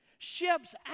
Ships